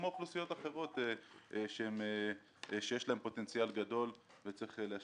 כמו אוכלוסיות אחרות שיש להן פוטנציאל גדול וצריך להשקיע.